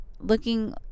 looking